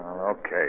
Okay